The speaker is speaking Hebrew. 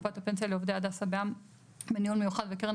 קופת הפנסיה לעובדי הדסה בע"מ (בניהול מיוחד וקרן